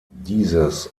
dieses